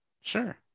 sure